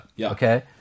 Okay